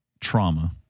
trauma